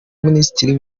minisitiri